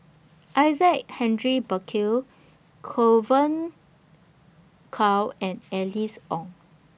Isaac Henry Burkill Kow and Alice Ong